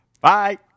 Bye